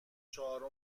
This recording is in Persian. چهارم